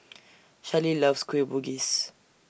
Shelley loves Kueh Bugis